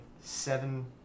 seven